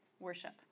Worship